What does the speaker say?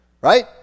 right